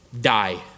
Die